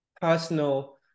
personal